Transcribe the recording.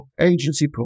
agency